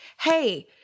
Hey